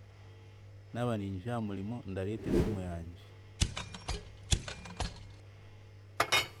Naaba niinyija aha murimo, ndareeta esimu yangye.